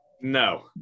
No